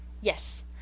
Yes